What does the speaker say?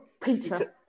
Pizza